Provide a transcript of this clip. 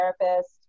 therapist